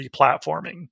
replatforming